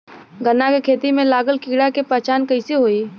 गन्ना के खेती में लागल कीड़ा के पहचान कैसे होयी?